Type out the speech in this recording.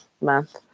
Month